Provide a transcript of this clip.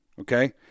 okay